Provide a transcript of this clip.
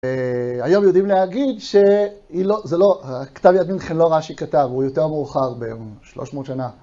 היום יודעים להגיד שהכתב יד מינכן לא רש"י כתב, הוא יותר מאוחר ב-300 שנה.